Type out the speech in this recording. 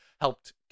helped